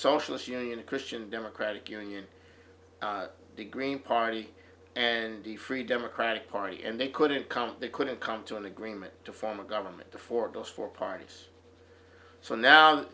socialist union christian democratic union to green party and the free democratic party and they couldn't come they couldn't come to an agreement to form a government before goes for parties so now